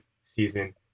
season